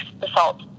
assault